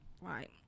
right